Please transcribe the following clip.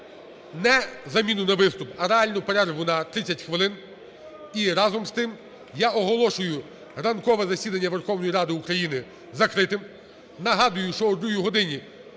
не заміну на виступ, а реальну перерву на 30 хвилин. І, разом з тим, я оголошую ранкове засідання Верховної Ради України закритим. Нагадую, що у другій годині